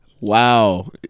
Wow